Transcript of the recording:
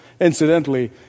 incidentally